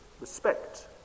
respect